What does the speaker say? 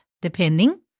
depending